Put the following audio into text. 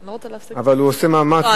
אבל הוא עושה מאמץ,